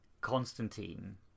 Constantine